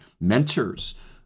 Mentors